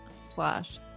slash